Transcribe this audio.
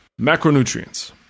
macronutrients